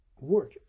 work